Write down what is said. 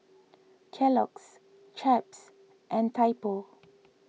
Kellogg's Chaps and Typo